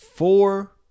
Four